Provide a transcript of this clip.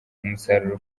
umusaruro